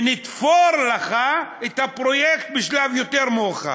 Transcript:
ונתפור לך את הפרויקט בשלב יותר מאוחר.